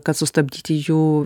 kad sustabdyti jų